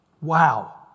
Wow